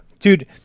Dude